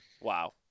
Wow